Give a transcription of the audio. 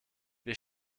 wir